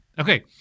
Okay